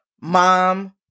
Mom